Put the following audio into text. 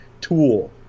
tool